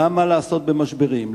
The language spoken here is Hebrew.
למה לעשות במשברים?